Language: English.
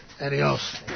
Adios